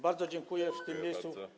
Bardzo dziękuję w tym miejscu.